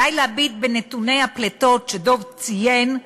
די להביט בנתוני הפליטות שדב ציין,